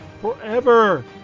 forever